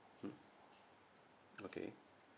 mmhmm okay